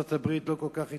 ארצות-הברית לא כל כך התערבה.